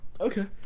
Okay